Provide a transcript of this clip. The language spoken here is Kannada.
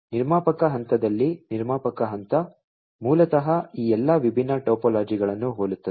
ಆದ್ದರಿಂದ ನಿರ್ಮಾಪಕ ಹಂತದಲ್ಲಿ ನಿರ್ಮಾಪಕ ಹಂತ ಮೂಲತಃ ಈ ಎಲ್ಲಾ ವಿಭಿನ್ನ ಟೋಪೋಲಾಜಿಗಳಲ್ಲಿ ಹೋಲುತ್ತದೆ